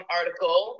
article